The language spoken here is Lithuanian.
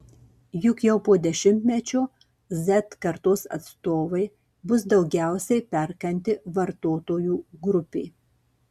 juk jau po dešimtmečio z kartos atstovai bus daugiausiai perkanti vartotojų grupė